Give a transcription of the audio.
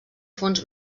fons